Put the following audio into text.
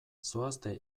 zoazte